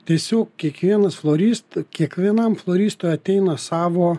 tiesiog kiekvienas florist kiekvienam floristui ateina savo